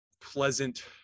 pleasant